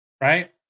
Right